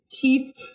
chief